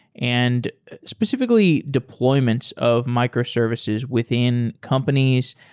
and specifically deployments of microservices within companies.